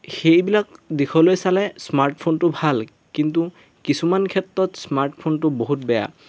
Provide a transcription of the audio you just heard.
সেইবিলাক দিশলৈ চালে স্মাৰ্টফোনটো ভাল কিন্তু কিছুমান ক্ষেত্ৰত স্মাৰ্টফোনটো বহুত বেয়া